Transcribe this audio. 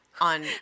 on